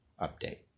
update